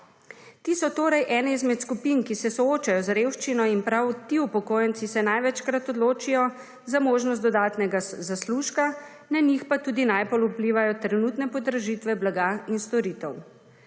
Ti so torej eni izmed skupin, ki se soočajo z revščino in prav ti upokojenci se največkrat odločijo za možnost dodatnega zaslužka, na njih pa tudi najbolj vplivajo trenutne podražitve blaga in storitev.